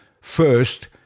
first